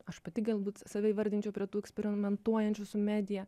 aš pati galbūt save įvardinčiau prie tų eksperimentuojančių su medija